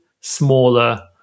smaller